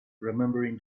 remembering